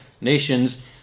nations